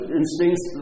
instincts